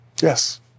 Yes